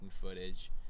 footage